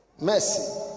Mercy